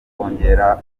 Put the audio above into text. kongera